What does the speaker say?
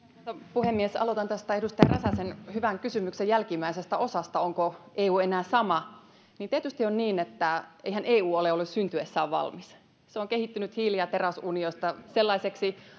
puhemies aloitan tästä edustaja räsäsen hyvän kysymyksen jälkimmäisestä osasta onko eu enää sama tietysti on niin että eihän eu ole ollut syntyessään valmis se on kehittynyt hiili ja teräsunionista sellaiseksi